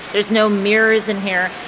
there's no mirrors in here.